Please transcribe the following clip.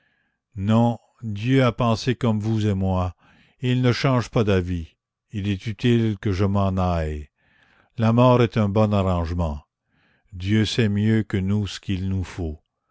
non dieu a pensé comme vous et moi et il ne change pas d'avis il est utile que je m'en aille la mort est un bon arrangement dieu sait mieux que nous ce qu'il nous faut